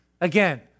Again